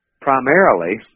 Primarily